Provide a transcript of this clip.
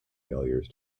failures